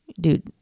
dude